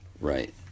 Right